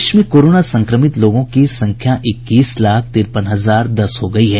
देश में कोरोना संक्रमित लोगों की संख्या इक्कीस लाख तिरपन हजार दस हो गयी है